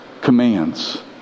commands